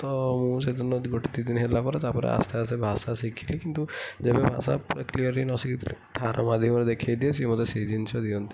ତ ମୁଁ ସେଦିନ ଗୋଟେ ଦୁଇଦିନ ହେଲା ପରେ ତା'ପରେ ଆସ୍ତେ ଆସ୍ତେ ଭାଷା ଶିଖିଲି କିନ୍ତୁ ଯେବେ ଭାଷା ପୂରା କ୍ଲିୟର୍ଲି ନଶିଖିଥିଲି ଠାର ମାଧ୍ୟମରେ ଦେଖାଇଦିଏ ସିଏ ମୋତେ ସେଇ ଜିନିଷ ଦିଅନ୍ତି